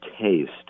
taste